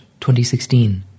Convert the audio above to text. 2016